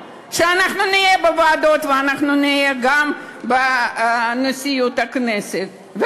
שאנחנו נהיה בוועדות ואנחנו נהיה גם בנשיאות הכנסת.